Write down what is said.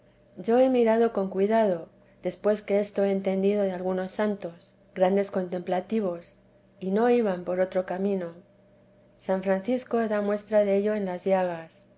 yo he mirado con cuidado después que esto he entendido de algunos santos grandes contemplativos y no iban por otro camino san francisco da muestra dello en las llagas